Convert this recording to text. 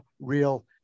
Real